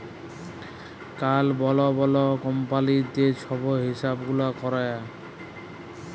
call বড় বড় কম্পালির যে ছব হিছাব গুলা ক্যরে